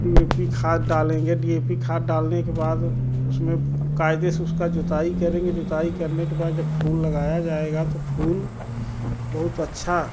D A P खाद डालेंगे D A P खाद डालने के बाद उसमें कायदे से उसका जुताई करेंगे जुताई करने के जब फूल लगाया जाएगा तो फूल बहुत अच्छा